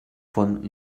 von